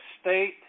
state